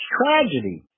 tragedy